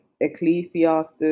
ecclesiastes